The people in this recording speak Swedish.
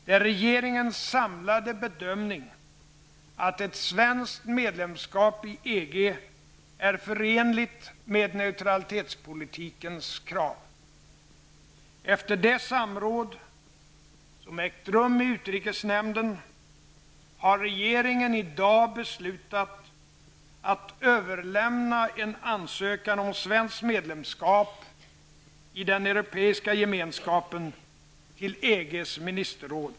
Det är regeringens samlade bedömning att ett svenskt medlemskap i EG är förenligt med neutralitetspolitikens krav. Efter det samråd som ägt rum i utrikesnämnden har regeringen i dag beslutat att överlämna en ansökan om svenskt medlemskap i den Europeiska gemenskapen till EGs ministerråd.